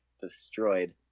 destroyed